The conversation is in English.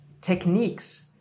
techniques